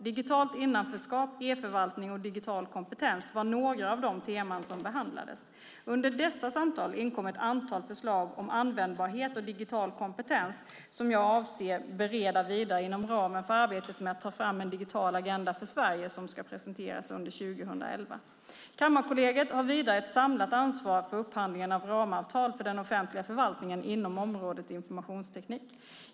Digitalt innanförskap, e-förvaltning och digital kompetens var några av de teman som behandlades. Under dessa samtal inkom ett antal förslag om användbarhet och digital kompetens som jag avser att bereda vidare inom ramen för arbetet med att ta fram en digital agenda för Sverige som ska presenteras under 2011. Kammarkollegiet har vidare ett samlat ansvar för upphandlingen av ramavtal för den offentliga förvaltningen inom området informationsteknik.